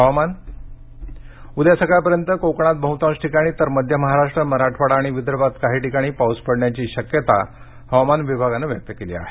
हवामान उद्या सकाळपर्यंत कोकणात बहुतांश ठिकाणी तर मध्य महाराष्ट्र मराठवाडा आणि विदर्भात काही ठिकाणी पाऊस पडण्याची शक्यता हवामान विभागानं व्यक्त केली आहे